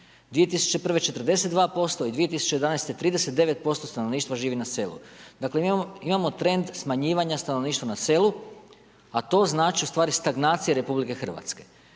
2001. 42% i 2011. 39% stanovništva živi na selu. Dakle mi imamo trend smanjivanja stanovništva na selu a to znači ustvari stagnacija RH.